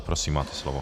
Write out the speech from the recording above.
Prosím, máte slovo.